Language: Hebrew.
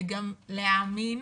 וגם להאמין,